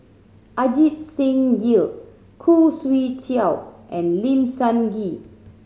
Ajit Singh Gill Khoo Swee Chiow and Lim Sun Gee